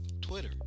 Twitter